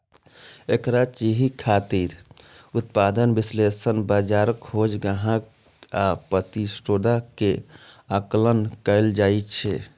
एकरा चिन्है खातिर उत्पाद विश्लेषण, बाजार खोज, ग्राहक आ प्रतिस्पर्धा के आकलन कैल जाइ छै